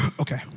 Okay